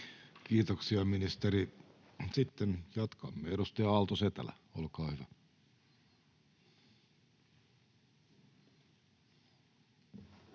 Kiitoksia, ministeri. — Sitten jatkamme. Edustaja Aalto-Setälä, olkaa hyvä.